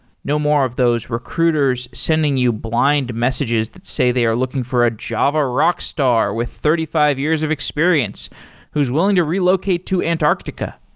no more of those recruiters sending you blind messages that say they are looking for a java rockstar with thirty five years of experience who's willing to relocate to antarctica.